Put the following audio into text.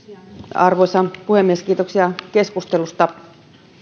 arvoisa puhemies kiitoksia keskustelusta